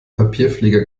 papierflieger